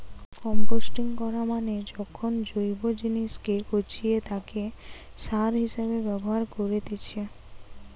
composting করা মানে যখন জৈব জিনিসকে পচিয়ে তাকে সার হিসেবে ব্যবহার করেতিছে